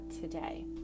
today